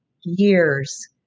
years